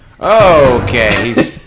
Okay